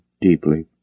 deeply